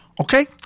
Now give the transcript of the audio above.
Okay